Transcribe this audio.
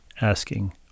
asking